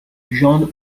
jean